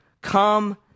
Come